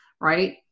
Right